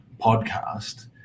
podcast